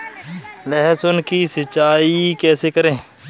लहसुन की सिंचाई कैसे करें?